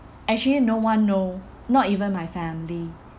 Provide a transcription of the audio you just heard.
actually no one know not even my family